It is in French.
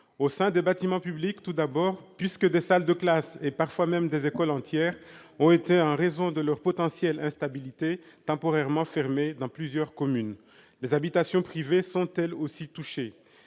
Au sein des bâtiments publics, tout d'abord, puisque des salles de classe, et parfois même des écoles entières, ont été, en raison de leur potentielle instabilité, temporairement fermées dans plusieurs communes. Les habitations privées sont, elles aussi, touchées.